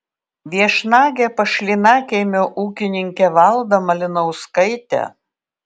viešnagė pas šlynakiemio ūkininkę valdą malinauskaitę